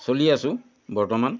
চলি আছোঁ বৰ্তমান